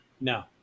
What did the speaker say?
No